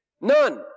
none